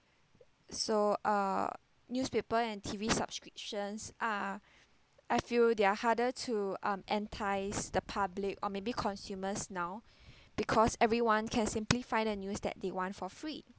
so uh newspaper and T_V subscriptions are I feel they are harder to um entice the public or maybe consumers now because everyone can simply find the news that they want for free